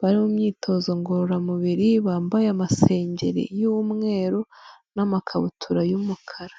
bari mu myitozo ngororamubiri, bambaye amasengeri y'umweru, n'amakabutura y'umukara.